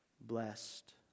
Blessed